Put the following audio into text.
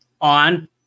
on